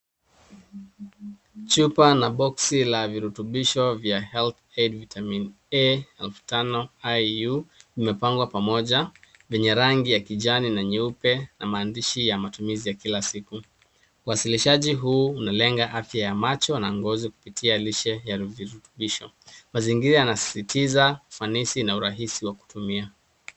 Chupa na boksi la virutubisho vya Health Aid Vitamin A 5000 IU, vimepangwa pamoja vyenye rangi ya kijani na nyeupe na maandishi ya matumizi ya kila siku. Uwasilishaji huu unalenga afya ya macho na ngozi kupitia lishe ya virutubisho. Mazingira yanasisitiza ufanisi na urahisi wa kutumia.